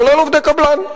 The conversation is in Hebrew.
כולל עובדי קבלן.